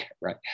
right